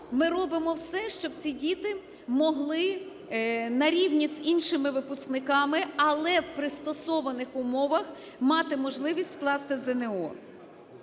ми робимо все, щоб ці діти могли на рівні з іншими випускниками, але в пристосованих умовах, мати можливість скласти ЗНО.